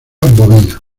bovina